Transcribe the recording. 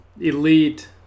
elite